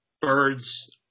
birds